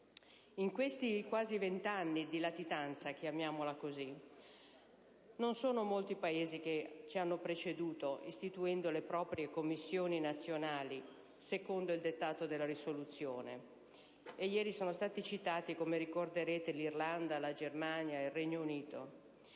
In questi quasi venti anni di "latitanza" (chiamiamola pure così), non solo molti Paesi ci hanno preceduto istituendo le proprie Commissioni nazionali secondo il dettato della risoluzione (e sono stati citati ieri: l'Irlanda, la Germania, il Regno Unito),